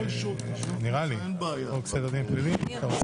בהצעת חוק סדר הדין הפלילי (תיקון מס'